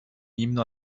himno